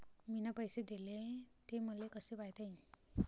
मिन पैसे देले, ते मले कसे पायता येईन?